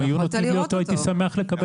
אם היו נותנים לי אותו, הייתי שמח לקבל אותו.